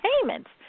payments